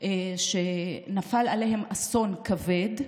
שנפל עליהם אסון כבד,